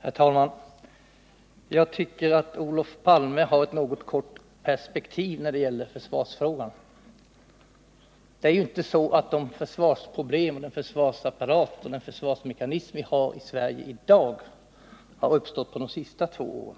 Herr talman! Jag tycker att Olof Palme har ett något kort perspektiv när det gäller försvarsfrågan. De försvarsproblem, den försvarsapparat och den försvarsmekanism vi har i Sverige i dag har ju inte uppstått på de senaste två åren.